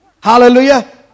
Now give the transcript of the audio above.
Hallelujah